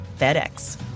FedEx